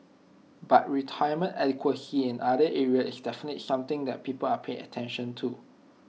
but retirement adequacy in other area is definitely something that people are paying attention to